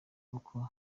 uko